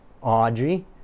Audrey